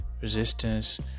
resistance